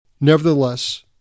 Nevertheless